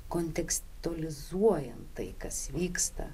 kontekstualizuojant tai kas vyksta